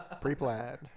Pre-planned